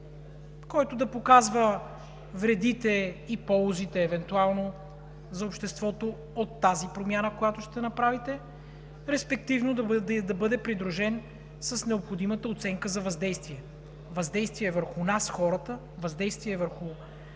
който да показва вредите и ползите евентуално за обществото от тази промяна, която ще направите, респективно да бъде придружен с необходимата оценка за въздействие. Въздействие върху нас, хората, въздействие върху